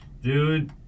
Dude